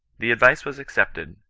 the advice was accepted,